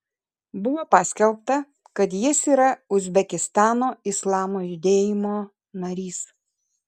buvo paskelbta kad jis yra uzbekistano islamo judėjimo narys